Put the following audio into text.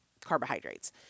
carbohydrates